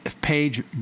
page